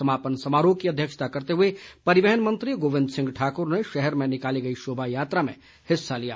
समापन समारोह की अध्यक्षता करते हुए परिवहन मंत्री गोविंद सिंह ठाकुर ने शहर में निकाली गई शोभा यात्रा में हिस्सा लिया